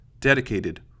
dedicated